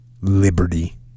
liberty